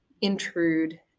intrude